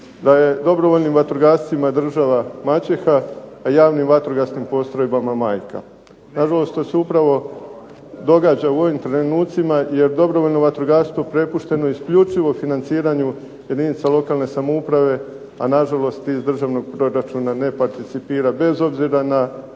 Da je dobrovoljnim vatrogascima država maćeha, a javnim vatrogasnim postrojbama majka. Nažalost to se upravo događa u ovim trenucima jer je dobrovoljno vatrogastvo prepušteno isključivo financiranju jedinica lokalne samouprave, a nažalost i iz državnog proračuna ne participira bez obzira na